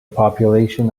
population